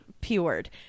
P-word